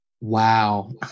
Wow